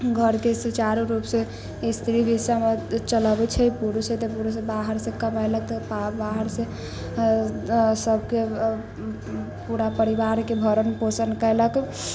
घर के सुचारू रूप से स्त्री भी चलऽबै छै पुरुष है तऽ पुरुष बाहर से कमेलक तऽ बाहर से सबके पूरा परिवार के भरण पोषण कैलक